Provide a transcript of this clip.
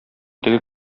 теге